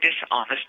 dishonest